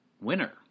winner